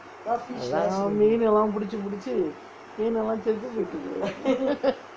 அதான் மீனு லாம் பிடிச்சு பிடிச்சு மீனு லாம் செத்து போச்சு:athaan meenu laam pidichu pidichu meenu laam sethu pochu